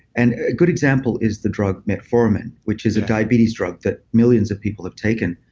and a good example is the drug, metformin which is a diabetes drug that millions of people have taken.